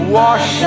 wash